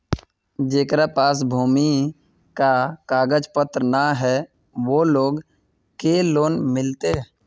जेकरा पास भूमि का कागज पत्र न है वो लोग के लोन मिलते?